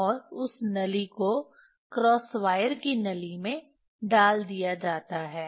और उस नली को क्रॉस वायर की नली में डाल दिया जाता है